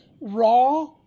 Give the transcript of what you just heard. raw